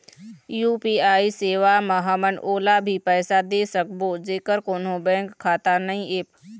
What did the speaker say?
UPI सेवा म हमन ओला भी पैसा दे सकबो जेकर कोन्हो बैंक खाता नई ऐप?